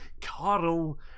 Carl